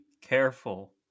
careful